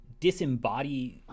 disembody